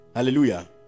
Hallelujah